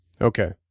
Okay